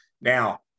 Now